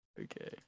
Okay